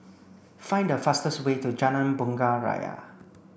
find the fastest way to Jalan Bunga Raya